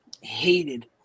hated